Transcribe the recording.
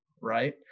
Right